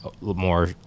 more